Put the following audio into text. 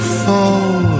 fall